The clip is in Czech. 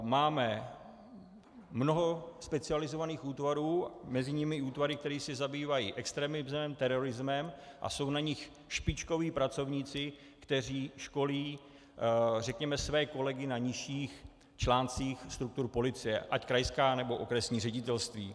Máme mnoho specializovaných útvarů, mezi nimi i útvary, které se zabývají extremismem, terorismem a jsou na nich špičkoví pracovníci, kteří školí řekněme své kolegy na nižších článcích struktur policie, ať krajská nebo okresní ředitelství.